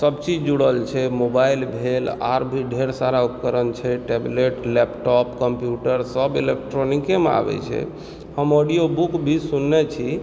सभ चीज जुड़ल छै मोबाइल भेल आर भी ढ़ेर सारा उपकरण छै टेबलेट लैपटॉप कम्प्युटरसभ इलेक्ट्रॉनिकेमे आबैत छै हम ऑडियोबुक भी सुनने छी